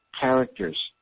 characters